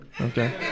okay